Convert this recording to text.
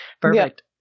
perfect